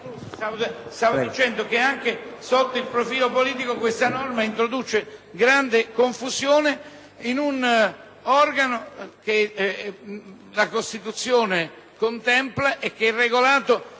Stavo dicendo che anche sotto il profilo politico questa norma introduce grande confusione in un organo che è contemplato nella Costituzione e che è regolato